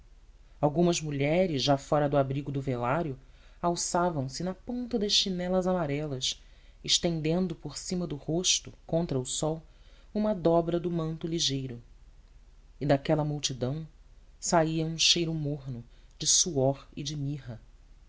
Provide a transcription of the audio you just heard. algumas mulheres já fora do abrigo do velário alçavam se na ponta das chinelas amarelas estendendo por cima do rosto contra o sol uma dobra do manto ligeiro e daquela multidão saía um cheiro morno de suor e de mirra